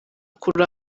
kuri